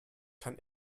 kein